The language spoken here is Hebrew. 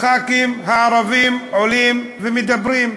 חברי הכנסת הערבים עולים ומדברים,